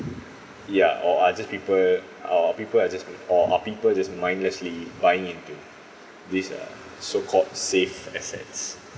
ya or are just people uh or people are just or or people just mindlessly buying into this uh so called safe assets